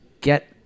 get